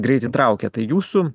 greit įtraukia tai jūsų